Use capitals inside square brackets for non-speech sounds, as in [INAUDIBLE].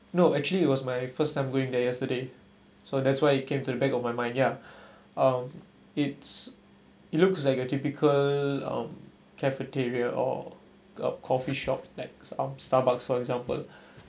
no actually it was my first time going there yesterday so that's why it came to the back of my mind ya [BREATH] um it's it looks like a typical um cafeteria or a coffee shop like um starbucks for example [BREATH]